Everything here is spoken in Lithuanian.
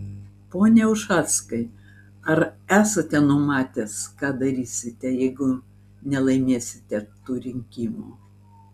pone ušackai ar esate numatęs ką darysite jeigu nelaimėsite tų rinkimų